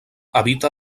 habita